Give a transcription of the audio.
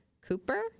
Cooper